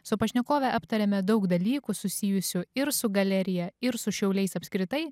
su pašnekove aptarėme daug dalykų susijusių ir su galerija ir su šiauliais apskritai